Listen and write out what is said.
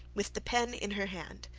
with the pen in her hand,